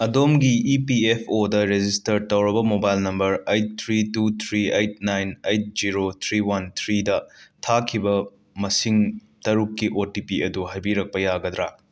ꯑꯗꯣꯝꯒꯤ E P F ꯑꯣꯗ register ꯇꯧꯔꯕ mobile number eight three two three eight nine eight zero three one ꯊ꯭ꯔꯤꯗ ꯊꯥꯈꯤꯕ ꯃꯁꯤꯡ ꯇꯔꯨꯛꯀꯤ ꯑꯣ ꯇꯤ ꯄꯤ ꯑꯗꯨ ꯍꯥꯏꯕꯤꯔꯛꯄ ꯌꯥꯒꯗꯔꯥ